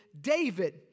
David